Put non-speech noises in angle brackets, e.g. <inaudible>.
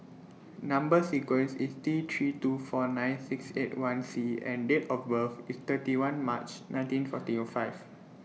Number sequence IS T three two four nine six eight one C and Date of birth IS thirty one March nineteen forty <hesitation> five